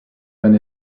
when